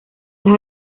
las